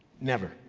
never!